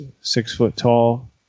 six-foot-tall